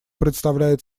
представляет